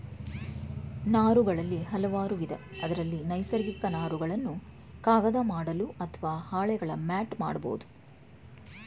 ನಾರುಗಳಲ್ಲಿ ಹಲವಾರುವಿಧ ಅದ್ರಲ್ಲಿ ನೈಸರ್ಗಿಕ ನಾರುಗಳನ್ನು ಕಾಗದ ಮಾಡಲು ಅತ್ವ ಹಾಳೆಗಳ ಮ್ಯಾಟ್ ಮಾಡ್ಬೋದು